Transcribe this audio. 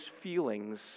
feelings